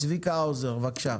צביקה האוזר, בבקשה.